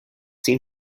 seen